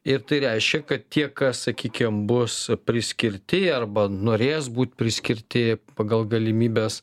ir tai reiškia kad tie kas sakykim bus priskirti arba norės būt priskirti pagal galimybes